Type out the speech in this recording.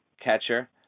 catcher